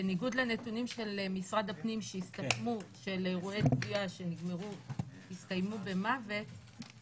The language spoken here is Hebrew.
בניגוד לנתונים של משרד הפנים לגבי אירועי טביעה שהסתיימו במוות,